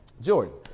Jordan